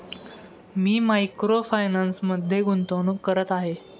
मी micro फायनान्समध्ये गुंतवणूक करत आहे